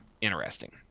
interesting